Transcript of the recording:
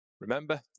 Remember